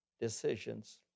decisions